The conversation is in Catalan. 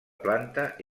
planta